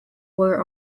were